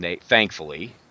thankfully